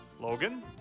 Logan